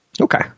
Okay